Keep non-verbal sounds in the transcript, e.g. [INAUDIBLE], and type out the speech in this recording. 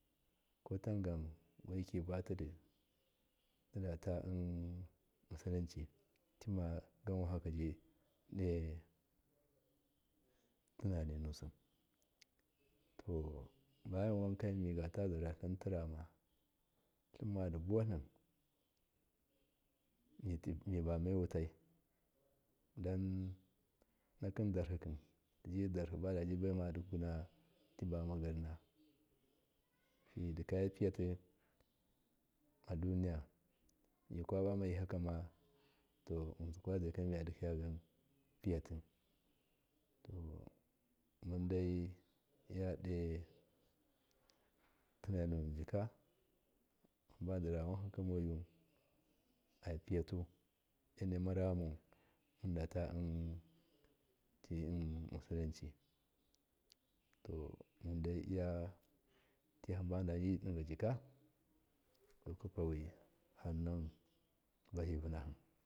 Kotangam weki batidata [HESITATION] musitinci timagun wankaka gido tinaninusi tobayawanka miga ta tlin tirama tlimadibuwatlim mubamai wutai dannakam darhikam tijidarhi badobai tira basaunama garna midikaza aduniya mika bamayikakama yinsikwa zaika midika piyati to mundai iyadotinaninu wujika hamba dirawankaka moyu apiyatu e mune mara yamu [HESITATION] muatimusilci to mundariyo ti hamba mun dabilya digajika sukwapawi bahi vunahi.